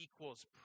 equals